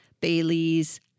Bailey's